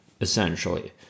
essentially